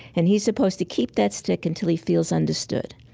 and he's supposed to keep that stick until he feels understood.